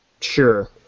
Sure